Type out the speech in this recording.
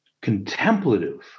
contemplative